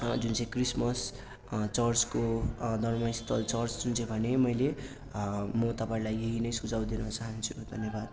जुन चाहिँ क्रिसमस चर्चको धर्मस्थल चर्च जुन चाहिँ भनेँ मैले म तपाईँहरूलाई यही नै सुझाव दिन चाहन्छु धन्यवाद